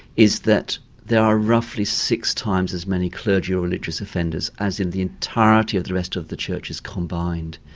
is that there are roughly six times as many clergy or religious offenders as in the entirety of the rest of the churches combined.